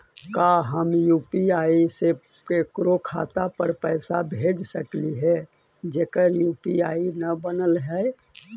का हम यु.पी.आई से केकरो खाता पर पैसा भेज सकली हे जेकर यु.पी.आई न बनल है?